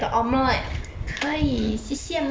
可以谢谢妈妈